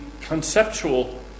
conceptual